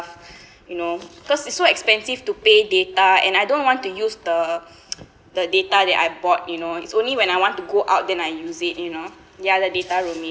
you know cause it's so expensive to pay data and I don't want to use the the data that I bought you know it's only when I want to go out then I use it you know ya the data roaming